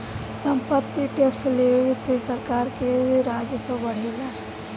सम्पत्ति टैक्स लेवे से सरकार के राजस्व बढ़ेला